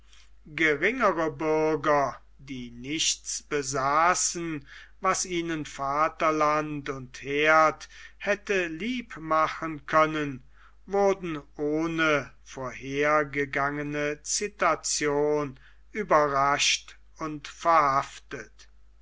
geringere bürger die nichts besaßen was ihnen vaterland und herd hätte lieb machen können wurden ohne vorhergegangene citation überrascht und verhaftet